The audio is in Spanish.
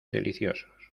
deliciosos